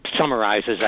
summarizes